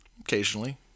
Occasionally